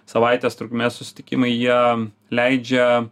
savaitės trukmės susitikimai jie leidžia